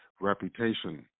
reputation